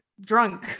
drunk